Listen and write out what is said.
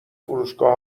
فروشگاه